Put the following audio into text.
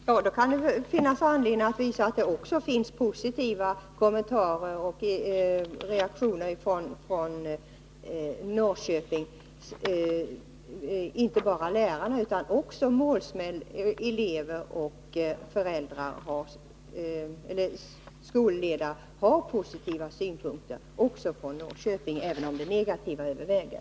Fru talman! Det kan finnas anledning att visa att det också finns positiva kommentarer och reaktioner från Norrköping. Inte bara lärare utan också målsmän, elever, föräldrar och skolledare har positiva synpunkter från Norrköping — även om de negativa överväger.